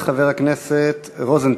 חבר הכנסת רוזנטל,